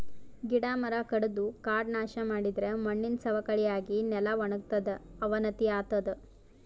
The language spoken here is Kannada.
ಗಿಡ ಮರ ಕಡದು ಕಾಡ್ ನಾಶ್ ಮಾಡಿದರೆ ಮಣ್ಣಿನ್ ಸವಕಳಿ ಆಗಿ ನೆಲ ವಣಗತದ್ ಅವನತಿ ಆತದ್